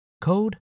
code